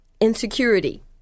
insecurity